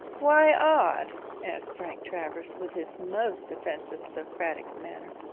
why odd asked frank travers, with his most offensive socratic manner.